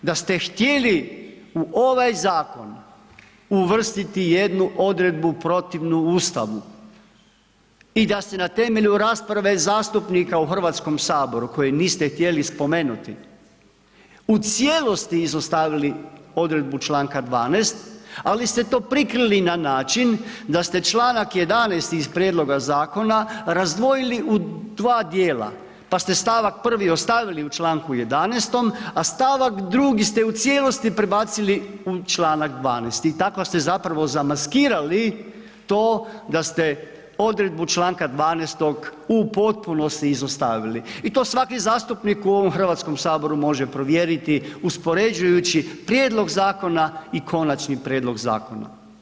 Da ste htjeli u ovaj zakon uvrstiti jednu odredbu protivno Ustavu i da se na temelju rasprave zastupnika u HS-u koji niste htjeli spomenuti, u cijelosti izostavili odredbu čl. 12., ali ste to prikrili na način da ste čl. 11 iz prijedloga zakona razdvojili u dva dijela pa ste st. prvi ostavili u čl. 11., a st. 2. ste u cijelosti prebacili u čl. 12. i tako ste zapravo zamaskirali to da ste odredbi čl. 12. u potpunosti izostavili i to svaki zastupnik u ovom HS-u može provjeriti uspoređujući prijedlog zakona i konačni prijedlog zakona.